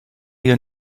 your